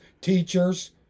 teachers